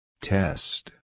Test